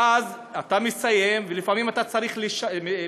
ואז, אתה מסיים, ולפעמים אתה צריך סטאז'